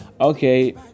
Okay